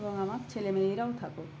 এবং আমার ছেলে মেয়েরাও থাকুক